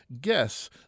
guess